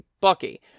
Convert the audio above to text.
Bucky